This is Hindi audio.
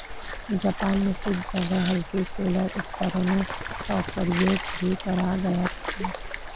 जापान में कुछ जगह हल्के सोलर उपकरणों का प्रयोग भी करा गया था